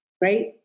right